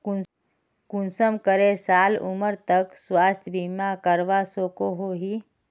कुंसम करे साल उमर तक स्वास्थ्य बीमा करवा सकोहो ही?